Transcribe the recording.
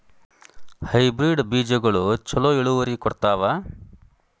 Hybrid ಬೇಜಗೊಳು ಛಲೋ ಇಳುವರಿ ಕೊಡ್ತಾವ?